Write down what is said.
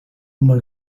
uma